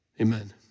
amen